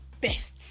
best